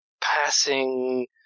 passing